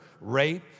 rape